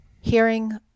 hearing